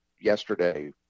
yesterday